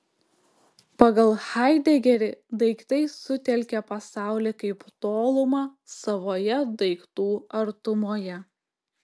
pagal haidegerį daiktai sutelkia pasaulį kaip tolumą savoje daiktų artumoje